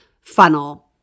funnel